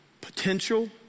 potential